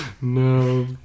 No